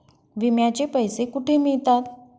विम्याचे पैसे कुठे मिळतात?